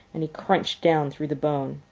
and he crunched down through the bone.